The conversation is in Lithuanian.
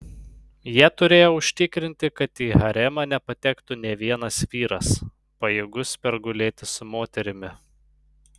jie turėjo užtikrinti kad į haremą nepatektų nė vienas vyras pajėgus pergulėti su moterimi